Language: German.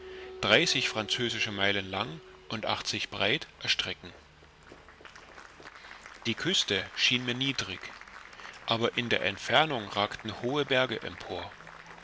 dreißig französische meilen lang und achtzig breit erstrecken die küste schien mir niedrig aber in der entfernung ragten hohe berge empor